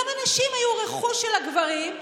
גם הנשים היו רכוש של הגברים.